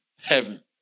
heaven